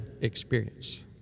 experience